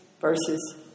verses